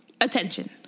Attention